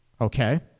okay